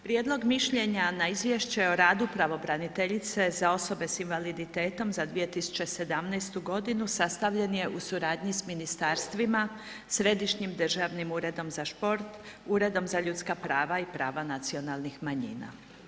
Prijedlog mišljenja na izvješće o radu pravobraniteljice za osobe s invaliditetom za 2017. godinu sastavljen je u suradnji sa ministarstvima, Središnjim državnim uredom za šport, Uredom za ljudska prava i prava nacionalnih manjina.